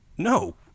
No